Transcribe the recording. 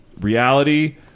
reality